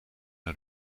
een